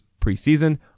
preseason